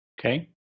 Okay